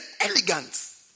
elegance